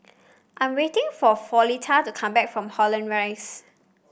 I'm waiting for Floretta to come back from Holland Rise